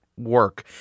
Work